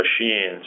machines